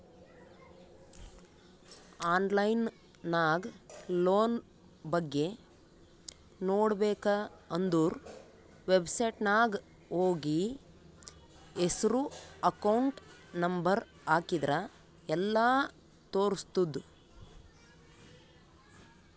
online ನಾಗ್ loan ಬಗ್ಗೆ ನೋಡ್ಬೇಕ ಅಂದುರ್ ವೆಬ್ಸೈಟ್ನಾಗ್ ಹೋಗಿ ಹೆಸ್ರು ಅಕೌಂಟ್ ನಂಬರ್ ಹಾಕಿದ್ರ ಎಲ್ಲಾ ತೋರುಸ್ತುದ್